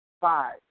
five